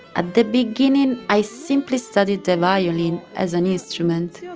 at the beginning, i simply studied the violin as an instrument.